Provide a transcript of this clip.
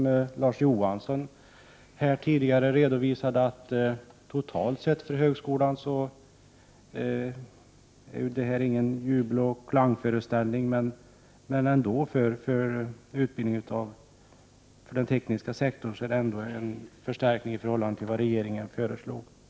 1988/89:120 framhållit, att detta totalt sett för högskolan inte är någon klangoch 24 maj 1989 jubelföreställning, men för utbildningen inom den tekniska sektorn innebär Anslag till utbildning utskottets förslag ändå en förstärkning i förhållande till regeringens förslag. a i ca : IR sa -.